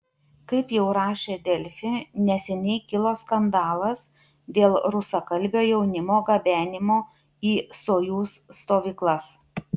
kaip jau rašė delfi neseniai kilo skandalas dėl rusakalbio jaunimo gabenimo į sojuz stovyklas